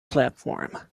platform